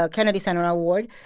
ah kennedy center award,